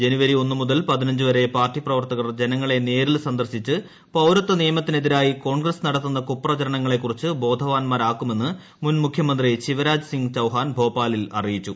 ജനുവരി ഒന്നു മുതൽ പതിനഞ്ച് വരെ പാർട്ടി പ്രവർത്തകർ ജനങ്ങളെ നേരിൽ സന്ദർശിച്ച് പൌരത്വ നിയമത്തിനെതിരായി കോൺഗ്രസ് നടത്തുന്ന കുപ്രചരണങ്ങളെക്കുറിച്ച് ബോധവാന്മാരാക്കുമെന്ന് മുൻ മുഖ്യമന്ത്രി ശിവ്രാജ് സിംഗ് ചൌഹാൻ ഭോപ്പാലിൽ അറിയിച്ചു